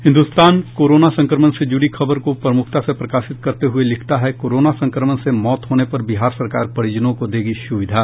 हिन्दुस्तान ने कोरोना संक्रमण से जुड़ी खबर को प्रमुखता से प्रकाशित करते हुये लिखता है कोरोना संक्रमण से मौत होने पर बिहार सरकार परिजनों को देगी सुविधा